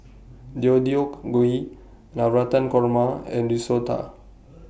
Deodeok Gui Navratan Korma and Risotto